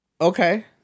Okay